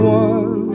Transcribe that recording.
one